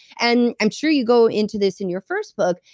and i'm sure you go into this in your first book,